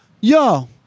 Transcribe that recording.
Yo